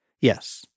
Yes